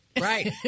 right